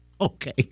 Okay